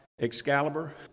Excalibur